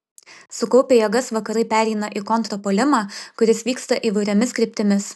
sukaupę jėgas vakarai pereina į kontrpuolimą kuris vyksta įvairiomis kryptimis